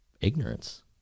ignorance